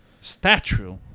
statue